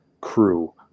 crew